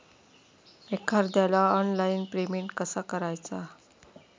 एखाद्याला online payment कसा करायचा?